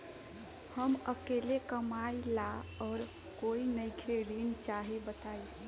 हम अकेले कमाई ला और कोई नइखे ऋण चाही बताई?